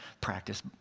practice